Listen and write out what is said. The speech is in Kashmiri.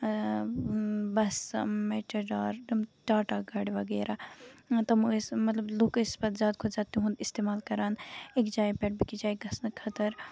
بَس میٹَڈار یِم ٹاٹا گاڑِ وغیرہ تٔمۍ ٲسۍ مطلب لُکھ ٲسۍ پَتہٕ زیادٕ کھۄتہٕ زیادٕ تِہُند اِستعمال کران أکۍ جایہِ پٮ۪ٹھ بیٚیہِ کِس جایہِ گژھنہٕ خٲطرٕ